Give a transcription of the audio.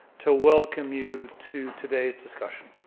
to welcome you to today's discussion.